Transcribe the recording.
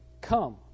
Come